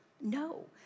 No